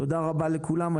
תודה רבה לכולם.